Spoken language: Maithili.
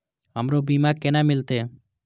हमरो बीमा केना मिलते?